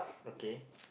okay